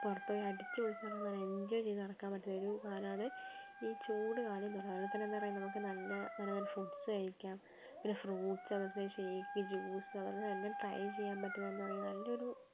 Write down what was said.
പുറത്ത് പോയി അടിച്ചുപൊളിച്ച് നടന്ന് നല്ല എൻജോയ് ചെയ്തു നടക്കാൻ പറ്റിയൊരു കാലമാണ് ഈ ചൂടുകാലമെന്ന് പറയുന്നത് അതേപോലെ തന്നെ എന്താ പറയുക നമുക്ക് നല്ല നല്ല നല്ല ഫുഡ്സ് കഴിക്കാം പിന്നെ ഫ്രൂട്സ് അതുപോലെതന്നെ ഷേക്ക് ജ്യൂസ് അതേപോലെതന്നെ എല്ലാം ട്രൈ ചെയ്യാൻ പറ്റുന്ന എന്താ പറയുക നല്ലൊരു